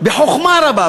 בחוכמה רבה,